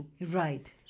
Right